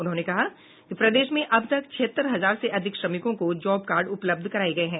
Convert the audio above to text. उन्होंने कहा कि प्रदेश में अब तक छिहत्तर हजार से अधिक श्रमिकों को जॉब कार्ड उपलब्ध कराये गये हैं